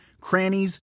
crannies